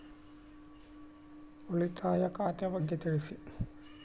ಉಳಿತಾಯ ಖಾತೆ ಬಗ್ಗೆ ತಿಳಿಸಿ?